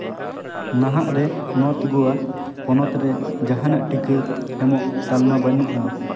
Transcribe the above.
ᱱᱟᱦᱟᱜ ᱨᱮ ᱱᱚᱨᱛᱷ ᱜᱳᱣᱟ ᱦᱚᱱᱚᱛ ᱨᱮ ᱡᱟᱦᱟᱱᱟᱜ ᱴᱤᱠᱟᱹ ᱮᱢᱚᱜ ᱛᱟᱞᱢᱟ ᱵᱟᱹᱱᱩᱜᱼᱟ